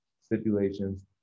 stipulations